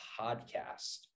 podcast